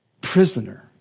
Prisoner